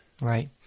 Right